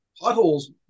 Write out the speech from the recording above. potholes